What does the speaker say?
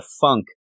funk